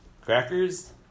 crackers